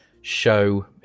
show